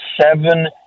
seven